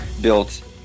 built